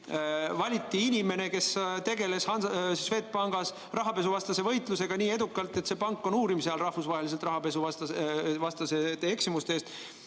valiti inimene, kes tegeles Swedbankis rahapesuvastase võitlusega nii edukalt, et see pank on nüüd rahvusvaheliste rahapesuvastaste eksimuste eest